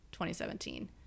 2017